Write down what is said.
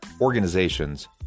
organizations